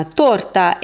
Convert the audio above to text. torta